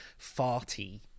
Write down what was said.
farty